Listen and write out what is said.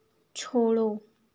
छोड़ो